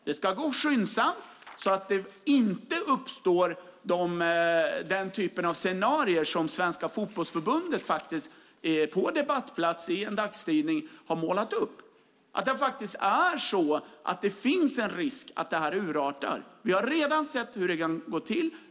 Det ska ändå gå skyndsamt så att det inte uppstår den typen av scenarier som Svenska Fotbollförbundet på debattplats i en dagstidning har målat upp. Det finns en risk att det här urartar. Vi har redan sett hur det kan gå till.